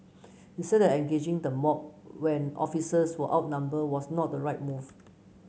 he said that engaging the mob when officers were outnumbered was not the right move